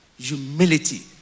humility